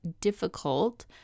difficult